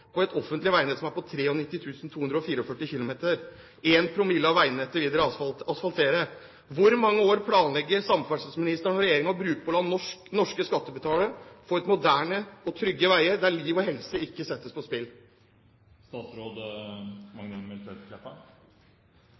veinett som er på 93 244 km. 1 promille av veinettet vil dere asfaltere. Hvor mange år planlegger samferdselsministeren og regjeringen å bruke på å la norske skattebetalere få moderne og trygge veier der liv og helse ikke settes på spill?